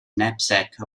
knapsack